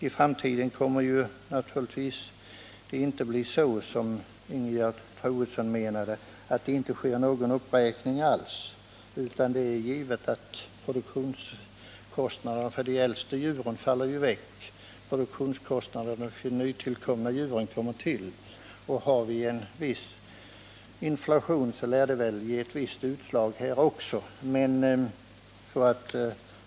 I framtiden blir det naturligtvis inte så som Ingegerd Troedsson menade, att det inte sker någon uppräkning alls, utan det är givet att produktionskostnaderna för de äldsta djuren faller bort och produktionskostnaderna för de nya djuren kommer till. Har vi en viss inflation, lär den också ge utslag här.